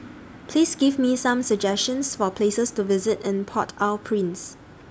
Please Give Me Some suggestions For Places to visit in Port Au Prince